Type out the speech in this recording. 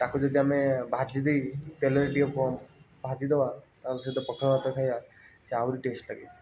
ତାକୁ ଯଦି ଆମେ ଭାଜି ଦେଇକି ତେଲରେ ଟିକିଏ ପ ଭାଜି ଦେବା ତା' ସହିତ ପଖାଳ ଭାତରେ ଖାଇବା ସେ ଆହୁରି ଟେଷ୍ଟ୍ ଲାଗେ